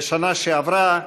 בשנה שעברה,